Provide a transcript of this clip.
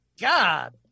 God